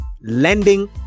Lending